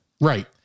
Right